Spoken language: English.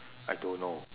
I don't know